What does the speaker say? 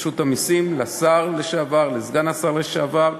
לרשות המסים, לשר לשעבר, לסגן השר לשעבר.